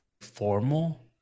formal